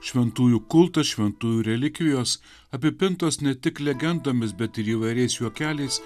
šventųjų kulto šventųjų relikvijos apipintos ne tik legendomis bet ir įvairiais juokeliais